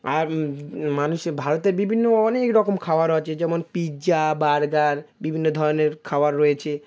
আর মানুষে ভারতের বিভিন্ন অনেক রকম খাবার আছে যেমন পিৎজা বার্গার বিভিন্ন ধরনের খাবার রয়েছে